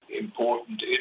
Important